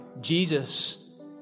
Jesus